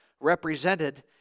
represented